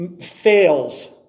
fails